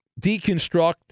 deconstruct